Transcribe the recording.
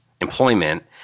employment